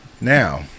now